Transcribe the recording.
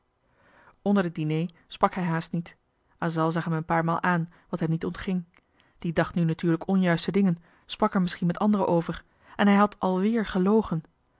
onder den dinner sprak hij haast niet asal zag hem een paar maal aan wat hem niet ontging die dacht nu natuurlijk onjuiste dingen sprak er misschien met anderen over en hij had alwéér gelogen